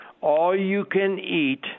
all-you-can-eat